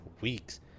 weeks